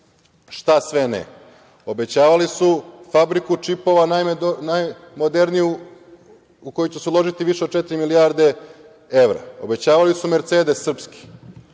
šta sve ne. Obećavali su fabriku čipova, najmoderniju, u koju će se uložiti više od četiri milijarde evra. Obećavali su "Mercedes" srpski.